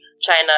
China